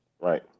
right